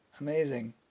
amazing